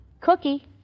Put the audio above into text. Cookie